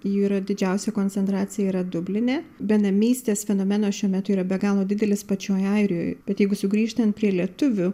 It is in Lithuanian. jų yra didžiausia koncentracija yra dubline benamystės fenomenas šiuo metu yra be galo didelis pačioj airijoj bet jeigu sugrįžtant prie lietuvių